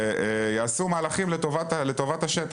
ויעשו מהלכים לטובת השטח.